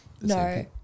no